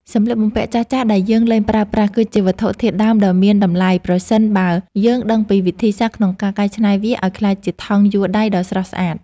សម្លៀកបំពាក់ចាស់ៗដែលយើងលែងប្រើប្រាស់ គឺជាវត្ថុធាតុដើមដ៏មានតម្លៃប្រសិនបើយើងដឹងពីវិធីសាស្ត្រក្នុងការកែច្នៃវាឱ្យក្លាយជាថង់យួរដៃដ៏ស្រស់ស្អាត។